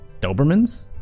Dobermans